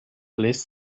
lässt